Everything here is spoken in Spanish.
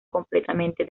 completamente